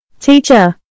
Teacher